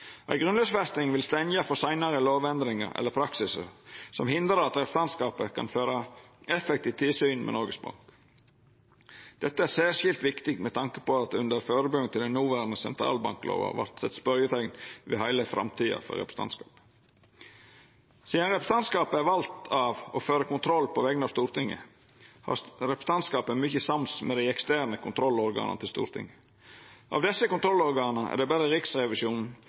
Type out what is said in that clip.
Ei grunnlovfesting vil stengja for seinare lovendringar eller praksisar som hindrar at representantskapet kan føra effektivt tilsyn med Noregs Bank. Dette er særskilt viktig med tanke på at det under førebuingane til den noverande sentralbanklova vart sett spørjeteikn ved heile framtida for representantskapet. Sidan representantskapet er valt av og fører kontroll på vegner av Stortinget, har representantskapet mykje sams med dei eksterne kontrollorgana til Stortinget. Av desse kontrollorgana er det berre Riksrevisjonen som har eksistert like lenge som representantskapet. Når Riksrevisjonen